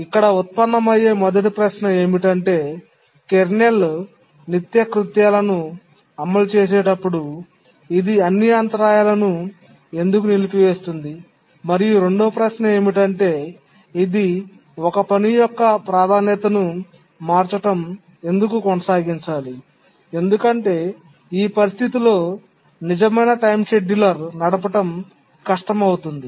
ఇక్కడ ఉత్పన్నమయ్యే మొదటి ప్రశ్న ఏమిటంటే కెర్నల్ నిత్యకృత్యాలను అమలు చేసేటప్పుడు ఇది అన్ని అంతరాయాలను ఎందుకు నిలిపివేస్తుంది మరియు రెండవ ప్రశ్న ఏమిటంటే ఇది ఒక పని యొక్క ప్రాధాన్యతను మార్చడం ఎందుకు కొనసాగించాలి ఎందుకంటే ఈ పరిస్థితిలో నిజమైన టైమ్ షెడ్యూలర్ నడపడం కష్టం అవుతుంది